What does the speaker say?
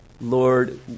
Lord